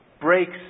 Breaks